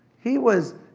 he was,